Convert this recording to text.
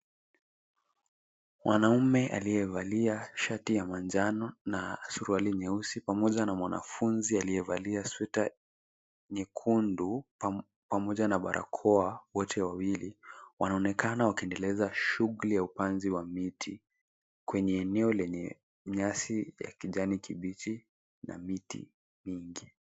Mwanaume aliyevalia shati ya manjano na suruali nyeusi, pamoja na mwanafunzi aliyevalia sweta nyekundu pamoja na barakoa. Wote wawili wanaonekana wakiendeleza shughuli ya upanzi wa miti, kwenye eneo lenye nyasi ya kijani kibichi na miti mingi.